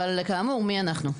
אבל כאמור, מי אנחנו.